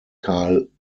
karl